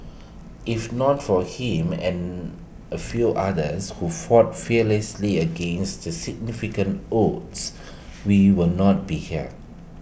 if not for him and A few others who fought fearlessly against the significant odds we will not be here